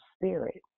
spirit